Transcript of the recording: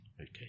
Okay